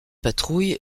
patrouille